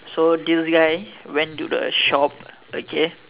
so this guy went to the shop okay